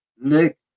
Nick